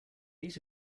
ate